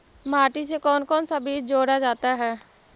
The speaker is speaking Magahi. माटी से कौन कौन सा बीज जोड़ा जाता है?